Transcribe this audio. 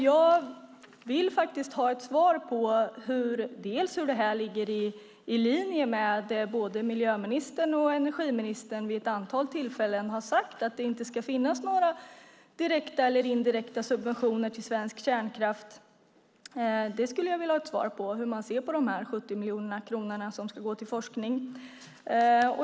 Jag vill ha ett svar på hur detta ligger i linje med det som både miljöministern och energiministern vid ett antal tillfällen har sagt om att det inte ska finnas några direkta eller indirekta subventioner till svensk kärnkraft. Jag skulle vilja ha ett svar på hur man ser på dessa 70 miljoner kronor som ska gå till forskning.